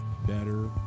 better